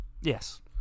Yes